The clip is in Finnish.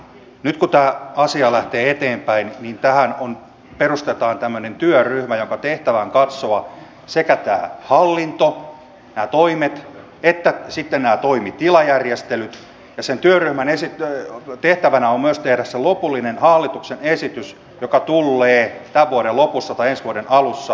nyt kun tämä asia lähtee eteenpäin niin tähän perustetaan tämmöinen työryhmä jonka tehtävä on katsoa sekä tämä hallinto nämä toimet että sitten nämä toimitilajärjestelyt ja sen työryhmän tehtävänä on myös tehdä se lopullinen hallituksen esitys joka tullee tämän vuoden lopussa tai ensi vuoden alussa